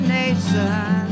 nation